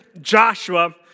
Joshua